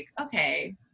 okay